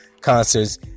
concerts